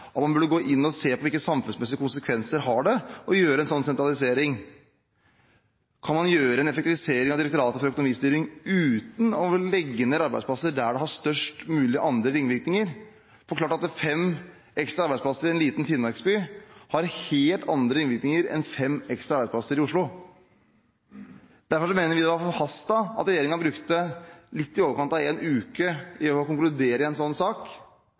gå inn og se på hvilke samfunnsmessige konsekvenser det har å foreta en slik sentralisering. Kan man effektivisere Direktoratet for økonomistyring uten å legge ned arbeidsplasser der det har de størst mulige ringvirkningene? Fem ekstra arbeidsplasser i en liten finnmarksby har helt andre ringvirkninger enn fem ekstra arbeidsplasser i Oslo. Derfor mener vi det var forhastet av regjeringen å bruke litt i overkant av en uke på å konkludere i en sånn sak,